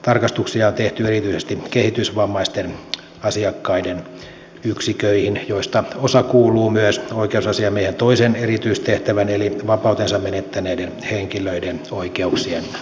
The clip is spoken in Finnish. tarkastuksia on tehty erityisesti kehitysvammaisten asiakkaiden yksiköihin joista osa kuuluu myös oikeusasiamiehen toisen erityistehtävän eli vapautensa menettäneiden henkilöiden oikeuksien valvonnan piiriin